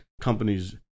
companies